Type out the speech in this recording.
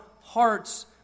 hearts